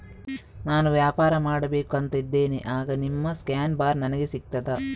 ನಾನು ವ್ಯಾಪಾರ ಮಾಡಬೇಕು ಅಂತ ಇದ್ದೇನೆ, ಆಗ ನಿಮ್ಮ ಸ್ಕ್ಯಾನ್ ಬಾರ್ ನನಗೆ ಸಿಗ್ತದಾ?